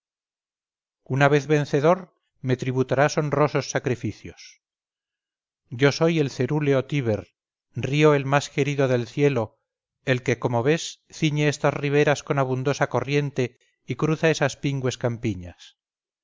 una vez vencedor me tributarás honrosos sacrificios yo soy el cerúleo tíber río el más querido del cielo el que como ves ciñe estas riberas con abundosa corriente y cruza esas pingües campiñas